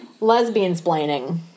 Lesbian-splaining